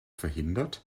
verhindert